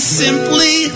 simply